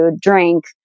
drink